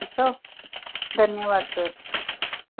ठीकु आहे धन्यवाद सर